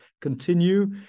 continue